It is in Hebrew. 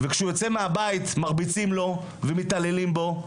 וכשהוא יוצא מהבית מרביצים לו ומתעללים בו,